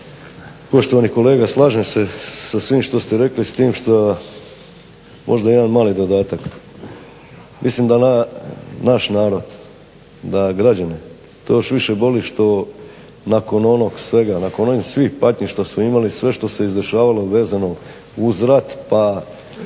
Poštovani kolega slažem se sa svim što ste rekli s tim što možda jedan mali dodatak. Mislim da naš narod da građane to još više boli što nakon onog svega, nakon onih svih patnji što su imali sve što se izdešavalo vezano uz rat pa